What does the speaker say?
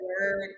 word